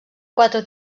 quatre